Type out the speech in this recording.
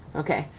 okay,